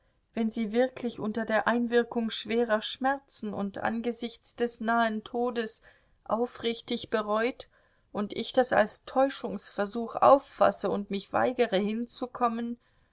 wenn sie wirklich unter der einwirkung schwerer schmerzen und angesichts des nahen todes aufrichtig bereut und ich das als täuschungsversuch auffasse und mich weigere hinzukommen